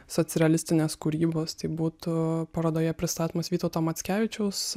socrealistinės kūrybos tai būtų parodoje pristatomos vytauto mackevičiaus